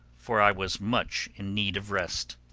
for i was much in need of rest.